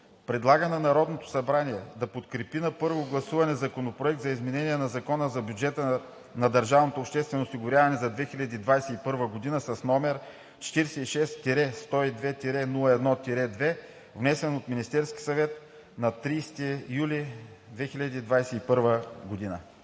Предлага на Народното събрание да подкрепи на първо гласуване Законопроект за изменение на Закона за бюджета на държавното обществено осигуряване за 2021 г., № 46-102-01-2, внесен от Министерския съвет на 30 юли 2021 г.“